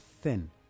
thin